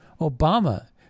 Obama